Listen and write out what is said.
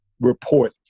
report